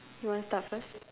you want start first